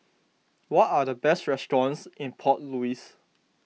what are the best restaurants in Port Louis